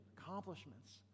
accomplishments